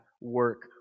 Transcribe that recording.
work